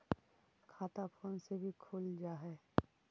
खाता फोन से भी खुल जाहै?